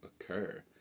occur